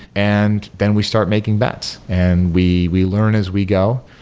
and then we start making bets. and we we learn as we go.